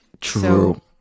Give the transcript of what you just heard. True